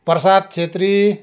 Prasad Chhetri